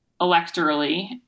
electorally